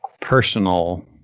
personal